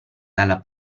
dalla